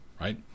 right